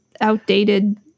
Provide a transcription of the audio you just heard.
outdated